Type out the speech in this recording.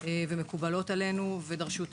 ומקובלות עלינו ודרשו טיפול.